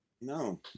No